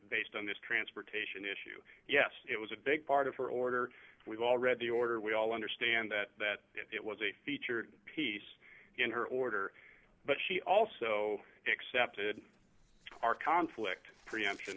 based on this transportation issue yes it was a big part of her order we've all read the order we all understand that that it was a featured piece in her order but she also excepted our conflict preemption